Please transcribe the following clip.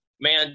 man